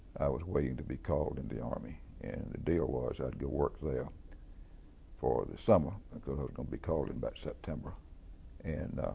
was waiting to be called in the army. and the deal was, i'd go work there for the summer and because i was going to be called in about september and